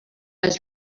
les